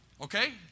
Okay